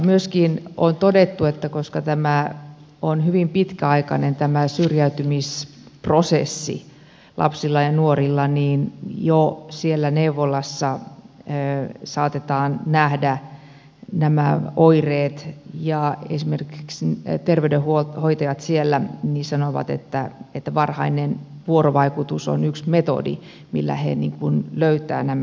myöskin on todettu että koska tämä syrjäytymisprosessi on hyvin pitkäaikainen lapsilla ja nuorilla niin jo siellä neuvolassa saatetaan nähdä nämä oireet ja esimerkiksi terveydenhoitajat siellä sanovat että varhainen vuorovaikutus on yksi metodi millä he löytävät nämä ongelmat